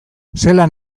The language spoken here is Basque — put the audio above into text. zelan